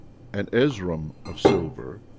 an ezrom of silver,